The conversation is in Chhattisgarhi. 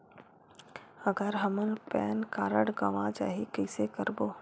अगर हमर पैन कारड गवां जाही कइसे करबो?